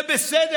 זה בסדר.